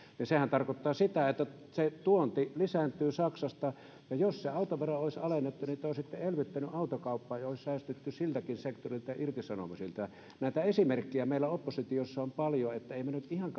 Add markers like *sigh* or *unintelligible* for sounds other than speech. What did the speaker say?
niin sehän tarkoittaa sitä että se tuonti saksasta lisääntyy ja jos sitä autoveroa olisi alennettu niin te olisitte elvyttäneet autokauppaa ja olisi säästytty silläkin sektorilla irtisanomisilta näitä esimerkkejä meillä oppositiossa on paljon eli emme me nyt pidä oikeana ihan *unintelligible*